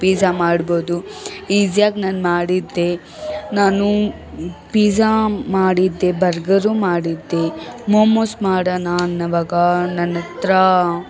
pizza ಮಾಡ್ಬೋದು ಈಝಿಯಾಗಿ ನಾನು ಮಾಡಿದ್ದೆ ನಾನು ಪೀಝಾ ಮಾಡಿದ್ದೆ ಬರ್ಗರು ಮಾಡಿದ್ದೆ ಮೋಮೋಸ್ ಮಾಡೋಣ ಅನ್ನೋವಾಗ ನನ್ನತ್ರ